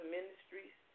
Ministries